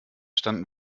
standen